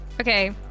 Okay